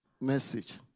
message